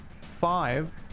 five